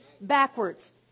backwards